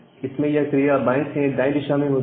इसमें यह क्रिया बाएं से दाएं दिशा में होती है